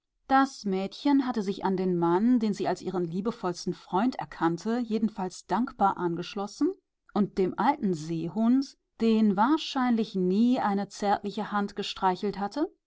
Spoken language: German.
das mädchen hatte sich an den mann den sie als ihren liebevollsten freund erkannte jedenfalls dankbar angeschlossen und dem alten seehund den wahrscheinlich nie eine zärtliche hand gestreichelt hatte